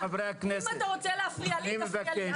אם אתה רוצה להפריע לי תפריע לי,